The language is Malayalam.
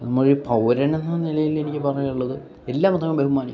നമ്മളിൽ പൗരനെന്ന നിലയിൽ എനിക്ക് പറയാനുള്ളത് എല്ലാ മതങ്ങളെ ബഹുമാനിക്കാം